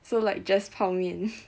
so like just 泡面